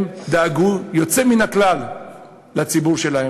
הם דאגו באופן יוצא מן הכלל לציבור שלהם.